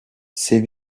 c’est